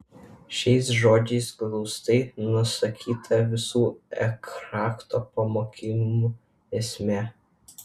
šiais žodžiais glaustai nusakyta visų ekharto pamokymų esmė